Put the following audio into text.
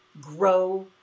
grow